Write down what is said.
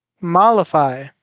mollify